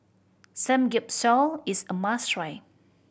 samgyeopsal is a must try